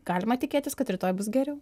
galima tikėtis kad rytoj bus geriau